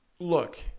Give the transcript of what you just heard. Look